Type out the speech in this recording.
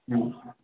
হ্যাঁ